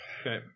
Okay